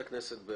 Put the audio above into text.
אני